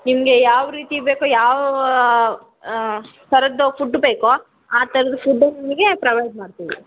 ನಿಮಗೆ ಯಾವ ರೀತಿ ಬೇಕೋ ಯಾವ ಥರದ್ದು ಫುಡ್ ಬೇಕೋ ಆ ಥರದ್ದು ಫುಡ್ಡು ನಿಮಗೆ ಪ್ರವೈಡ್ ಮಾಡ್ತೀವಿ